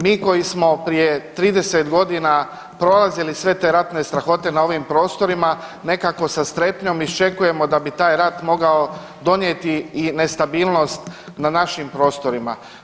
Mi koji smo prije 30.g. prolazili sve te ratne strahote na ovim prostorima nekako sa strepnjom iščekujemo da bi taj rat mogao donijeti i nestabilnost na našim prostorima.